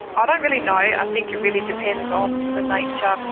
i don't really know. i think it really depends on the nature,